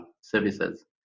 services